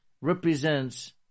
represents